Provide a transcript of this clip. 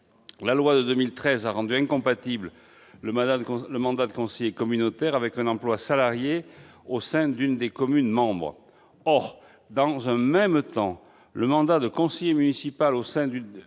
La loi de 2013 a rendu incompatible le mandat de conseiller communautaire avec un emploi salarié au sein de l'une des communes membres. Or le mandat de conseiller municipal au sein de